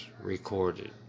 recorded